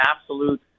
absolute